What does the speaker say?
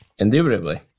indubitably